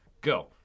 Go